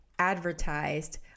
advertised